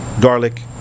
garlic